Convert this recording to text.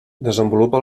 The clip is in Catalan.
desenvolupa